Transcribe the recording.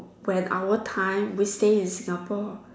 when our time we stay in Singapore